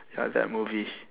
ya that movie